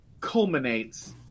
culminates